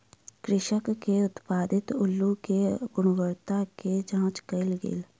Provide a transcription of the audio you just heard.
कृषक के उत्पादित अल्लु के गुणवत्ता के जांच कएल गेल